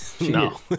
no